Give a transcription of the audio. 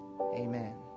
Amen